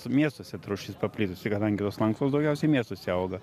miestuose ta rūšis paplitusi kadangi jos lanksvos daugiausia miestuose auga